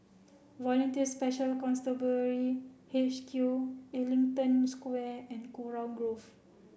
Volunteer Special Constabulary H Q Ellington Square and Kurau Grove